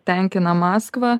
tenkina maskvą